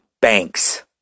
Banks